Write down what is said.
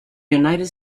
united